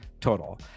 total